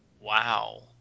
Wow